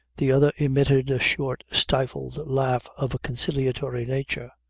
the other emitted a short stifled laugh of a conciliatory nature.